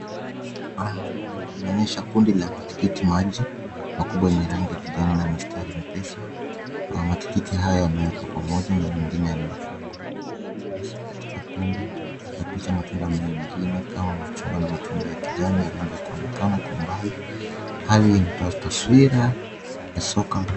Hapa tunaonyeshwa kundi la tikitimaji makubwa yenye rangi ya kijani mistari mepesi. Matikiti haya yamewekwa pamoja na mengine yamepangwa uso katika pembe na picha matunda mengine kama machungwa na matunda ya kijani yaliweza kuonekana kwa umbali. Haya ina taswira ya soko.